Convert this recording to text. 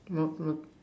not good